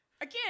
Again